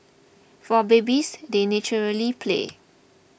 for babies they naturally play